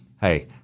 Hey